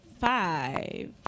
five